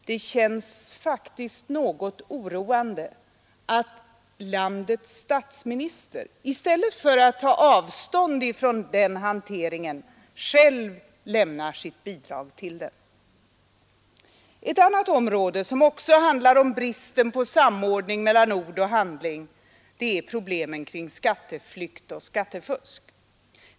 Det känns faktiskt något oroande att landets statsminister, i stället för att ta avstånd från den hanteringen, själv lämnar sitt bidrag till den. Ett annat område, där det också är brist på samordning mellan ord och handling, är problemen kring skatteflykt och skattefusk.